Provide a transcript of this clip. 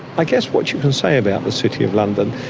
i guess what you can say about the city of london,